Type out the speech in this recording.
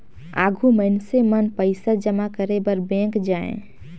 आघु मइनसे मन पइसा जमा करे बर बेंक जाएं